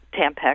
Tampax